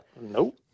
Nope